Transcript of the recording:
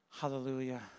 Hallelujah